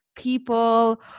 People